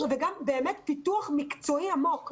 וגם פיתוח מקצועי עמוק.